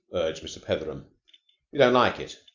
urged mr. petheram. you don't like it?